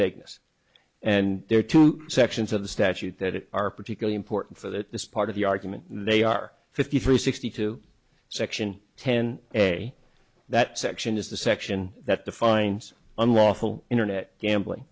vagueness and there are two sections of the statute that are particularly important for that this part of the argument and they are fifty three sixty two section ten a that section is the section that defines unlawful internet gambling